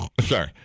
Sorry